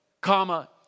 comma